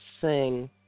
sing